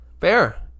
Fair